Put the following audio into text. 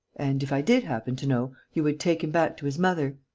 and, if i did happen to know, you would take him back to his mother?